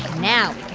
now